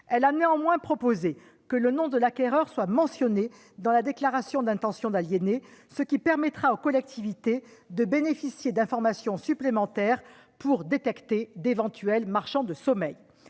a néanmoins proposé que le nom de l'acquéreur soit mentionné dans la déclaration d'intention d'aliéner, ce qui permettra aux collectivités d'avoir accès à des informations supplémentaires pour détecter d'éventuels marchands de sommeil.